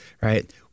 right